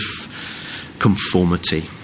conformity